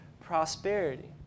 prosperity